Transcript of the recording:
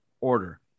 order